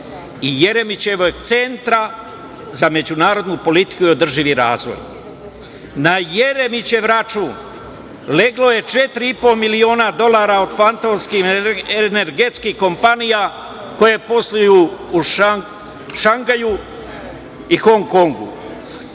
i Jeremićevog Centra za međunarodnu politiku i održivi razvoj. Na Jeremićev račun leglo je četiri i po miliona dolara od fantomskih energetskih kompanija koje posluju u Šangaju i Hongkongu.